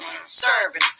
serving